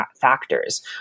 factors